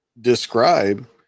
describe